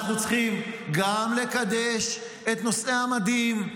אנחנו צריכים גם לקדש את לובשי המדים,